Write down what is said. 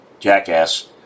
jackass